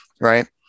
right